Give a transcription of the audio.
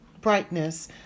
brightness